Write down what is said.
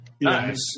Nice